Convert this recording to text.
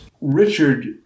Richard